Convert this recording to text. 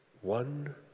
One